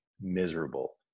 miserable